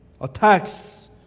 attacks